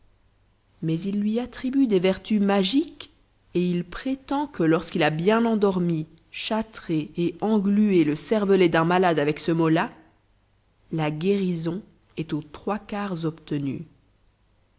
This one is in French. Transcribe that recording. mais il lui attribue des vertus magiques et il prétend que lorsqu'il a bien endormi châtré et englué le cervelet d'un malade avec ce mot-là la guérison est aux trois quarts obtenue